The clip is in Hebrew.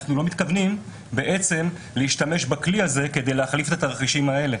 אנחנו לא מתכוונים להשתמש בכלי הזה כדי להחליף את התרחישים האלה.